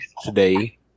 today